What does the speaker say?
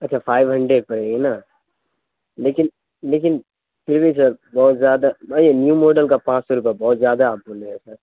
اچھا five hundred پڑیں گے نا لیکن لیکن پھر بھی سر بہت زیادہ نہیں نیو ماڈل کا پانچ سو روپیہ بہت زیادہ آپ بول رہے ہیں سر